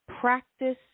practice